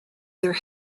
their